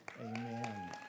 Amen